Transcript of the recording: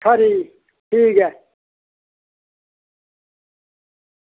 खरी ठीक ऐ